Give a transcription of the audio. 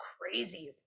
crazy